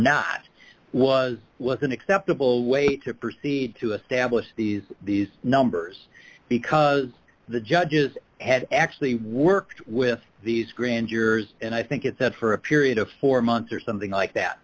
not was what an acceptable way to proceed to establish these these numbers because the judges had actually worked with these grand yours and i think it that for a period of four months or something like that